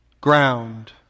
ground